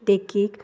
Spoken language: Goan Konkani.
देखीक